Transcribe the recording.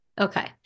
Okay